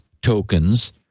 tokens